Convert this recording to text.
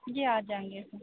ਜੀ ਆ ਜਾਵਾਂਗੇ ਅਸੀਂ